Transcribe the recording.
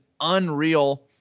unreal